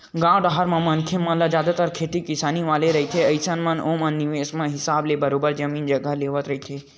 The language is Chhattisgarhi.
गाँव डाहर के मनखे मन ह जादतर खेती किसानी वाले ही रहिथे अइसन म ओमन ह निवेस के हिसाब ले बरोबर जमीन जघा लेवत रहिथे